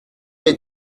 est